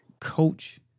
coach